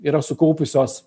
yra sukaupusios